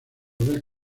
del